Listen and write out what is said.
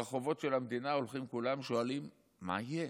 ברחובות של המדינה הולכים כולם, שואלים: מה יהיה?